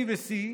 B ו-C,